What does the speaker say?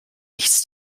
nichts